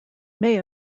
may